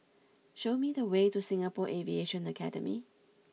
show me the way to Singapore Aviation Academy